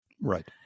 Right